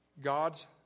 God's